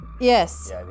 Yes